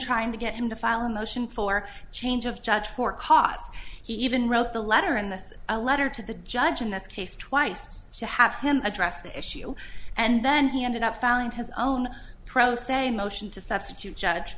trying to get him to file a motion for a change of judge for cause he even wrote the letter in the a letter to the judge in this case twice to have him address the issue and then he ended up found his own pro se motion to substitute judge